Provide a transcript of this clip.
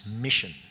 mission